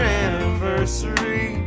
anniversary